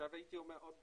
הייתי אומר עוד דבר,